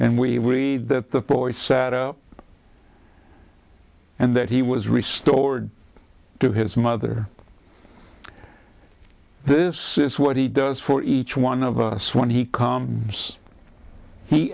and we read that the poets and that he was restored to his mother this is what he does for each one of us when he comes he